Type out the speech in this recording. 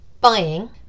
buying